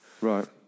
Right